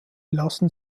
lassen